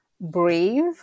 Brave